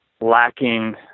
lacking